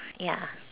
ya